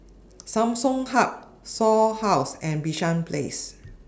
Samsung Hub Shaw House and Bishan Place